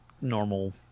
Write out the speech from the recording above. normal